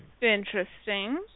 Interesting